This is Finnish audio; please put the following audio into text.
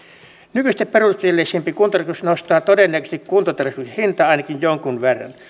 nykyistä perusteellisempi kuntotarkastus nostaa todennäköisesti kuntotarkastuksen hintaa ainakin jonkun verran